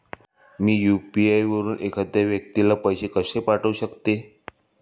मी UPI वापरून एखाद्या व्यक्तीला पैसे कसे पाठवू शकते?